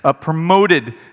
promoted